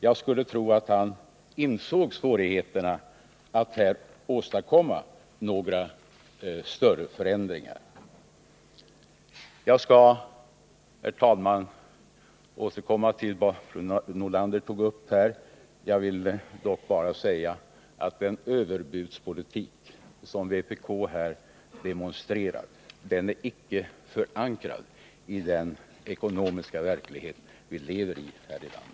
Jag skulle tro att han insåg svårigheterna att här åstadkomma några större förändringar. Jag skall, herr talman, senare återkomma till det som fru Nordlander tog upp här. Jag vill dock understryka att den överbudspolitik som vpk här demonstrerar icke är förankrad i den ekonomiska verklighet vi lever i här i landet.